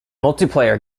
multiplayer